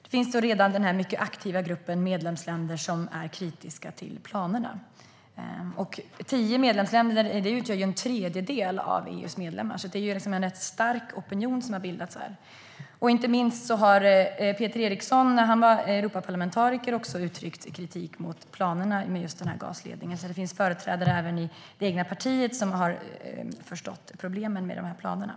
Det finns redan en mycket aktiv grupp av medlemsländer som är kritiska till planerna. Tio medlemsländer utgör en tredjedel av EU:s medlemmar, så det är en rätt stark opinion. Inte minst har Peter Eriksson, när han var Europaparlamentariker, uttryckt sin kritik mot planerna på att bygga gasledningen. Så det finns företrädare även i det egna partiet som har insett problemen med planerna.